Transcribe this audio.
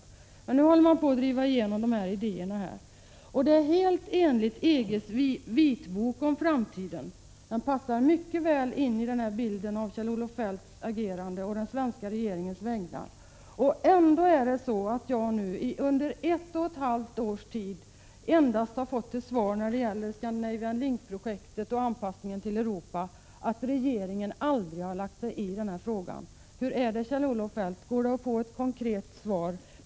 Men nu håller man på att försöka förverkliga de här idéerna i Sverige. Det är allt i enlighet med EG:s vitbok om framtiden — detta passar mycket väl in i bilden av Kjell-Olof Feldts agerande å den svenska regeringens vägnar. Ändå har jag i ett och ett halvt års tid när det gäller Scandinavian Link-projektet och anpassningen till Europa endast fått till svar att regeringen aldrig har lagt sig i frågorna. Går det, Kjell-Olof Feldt, att få ett konkret svar?